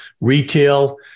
retail